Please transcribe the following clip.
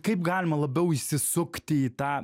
kaip galima labiau įsisukti į tą